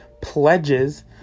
pledges